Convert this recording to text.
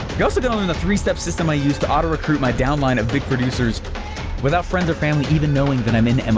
you're also gonna learn the three steps system i use to auto recruit my downline of big producers without friends or family even knowing that i'm into mlm.